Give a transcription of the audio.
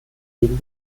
gegen